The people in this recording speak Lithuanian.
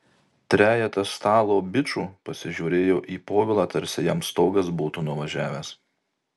trejetas stalo bičų pasižiūrėjo į povilą tarsi jam stogas būtų nuvažiavęs